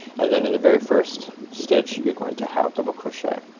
and then in the very first stitch you're going to half double crochet.